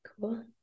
cool